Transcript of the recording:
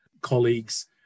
colleagues